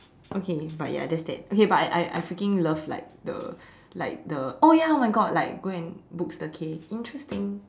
okay but ya there is that okay but I I freaking love the like the like the oh ya oh my God like go book staycay interesting